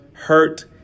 Hurt